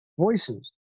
voices